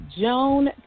Joan